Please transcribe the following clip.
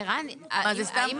ערן, האם